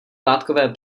látkové